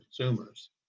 consumers